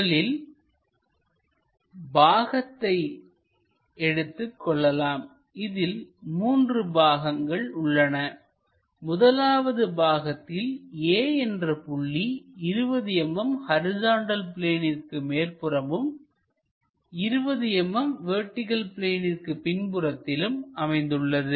முதல் பாகத்தை எடுத்துக்கொள்ளலாம்இதில் 3 பாகங்கள் உள்ளன முதலாவது பாகத்தில் A என்ற புள்ளி 20 mm ஹரிசாண்டல் பிளேனிற்கு மேற்புறமும் 25 mm வெர்டிகள் பிளேனிற்கு பின்புறத்திலும் அமைந்துள்ளது